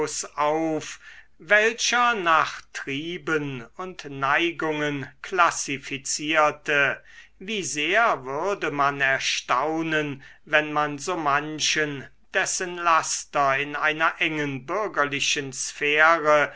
auf welcher nach trieben und neigungen klassifizierte wie sehr würde man erstaunen wenn man so manchen dessen laster in einer engen bürgerlichen sphäre